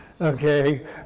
Okay